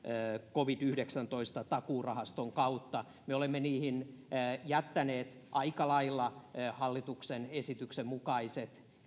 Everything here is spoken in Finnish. covid yhdeksäntoista takuurahaston kautta me olemme niihin jättäneet aika lailla hallituksen esityksen mukaiset